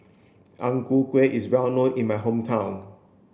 Ang Ku Kueh is well known in my hometown